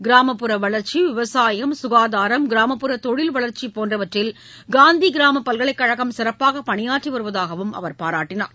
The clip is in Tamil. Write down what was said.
கிராமப்புற வளர்ச்சி விவசாயம் சுகாதாரம் கிராமப்புற தொழில் வளர்ச்சிபோன்றவற்றில் காந்திகிராமபல்கலைக்கழகம் சிறப்பாகபணியாற்றிவருவதாகஅவர் பாராட்டினார்